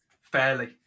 fairly